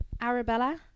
Arabella